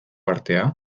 artea